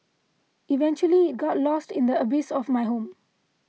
eventually it got lost in the abyss of my home